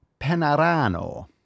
Penarano